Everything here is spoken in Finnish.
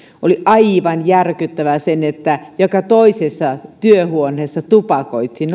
oli aivan järkyttävää se että joka toisessa työhuoneessa tupakoitiin